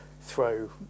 throw